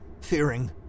fearing